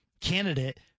candidate